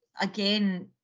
again